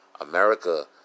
America